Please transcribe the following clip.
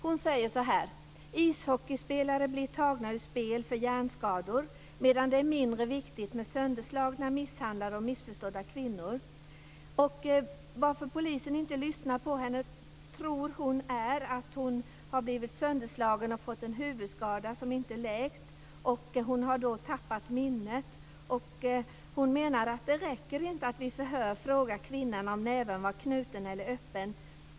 Hon säger så här: Ishockeyspelare blir tagna ur spel för hjärnskador, medan det är mindre viktigt med sönderslagna, misshandlade och missförstådda kvinnor. Skälet till att polisen inte lyssnat på henne tror hon är att hon har blivit sönderslagen och fått en huvudskada som inte läkt. Hon har därför tappat minnet. Hon menar att det inte räcker att vid förhör fråga kvinnan om näven var knuten eller öppen.